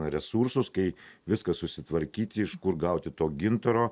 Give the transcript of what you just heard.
resursus kai viską susitvarkyti iš kur gauti to gintaro